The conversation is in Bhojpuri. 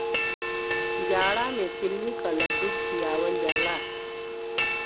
जाड़ा मे तिल्ली क लड्डू खियावल जाला